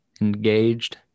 engaged